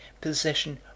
possession